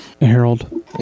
Harold